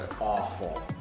awful